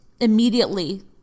immediately